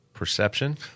Perception